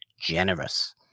generous